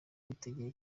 witegeye